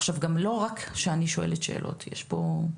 עכשיו גם לא רק שאני שואלת שאלות, יש פה,